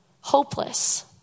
Hopeless